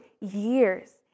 years